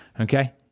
Okay